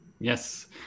Yes